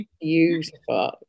beautiful